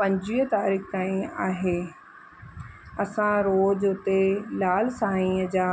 पंजवीह तारीख़ ताईं आहे असां रोज़ु उते लाल साईंअ जा